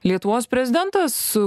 lietuvos prezidentas